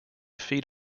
feed